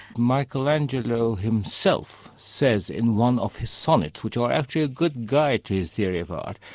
michelangelo himself says in one of his sonnets, which are actually a good guide to his theory of art,